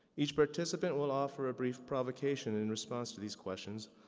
each participant will offer a brief provocation in response to these questions,